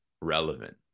relevant